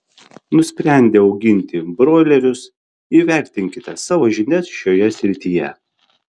nusprendę auginti broilerius įvertinkite savo žinias šioje srityje